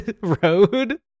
road